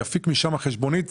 יפיק משם חשבונית.